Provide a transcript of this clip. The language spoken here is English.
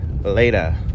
later